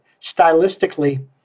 stylistically